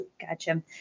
Gotcha